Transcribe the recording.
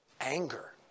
anger